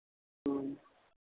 ह्म्म